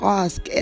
ask